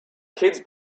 kids